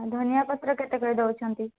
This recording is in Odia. ଧନିଆପତ୍ର କେତେକରେ ଦେଉଛନ୍ତି